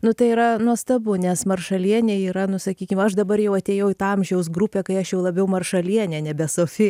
nu tai yra nuostabu nes maršalienė yra nu sakykim aš dabar jau atėjau į tą amžiaus grupę kai aš jau labiau maršalienė nebe sofi